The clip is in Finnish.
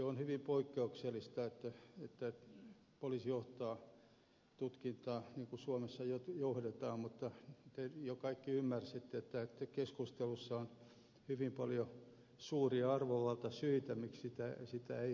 on hyvin poikkeuksellista että poliisi johtaa tutkintaa niin kuin suomessa johdetaan mutta te kaikki jo ymmärsitte että keskustelussa on hyvin paljon suuria arvovaltasyitä miksi sitä ei pitäisi käydä